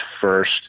first